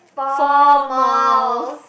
four malls